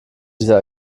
dieser